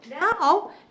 now